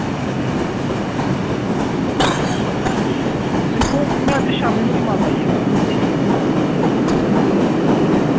दिक्खो में अज्ज शामीं धोड़ी मत आई जां